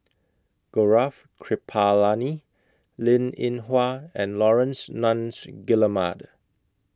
Gaurav Kripalani Linn in Hua and Laurence Nunns Guillemard